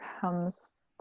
comes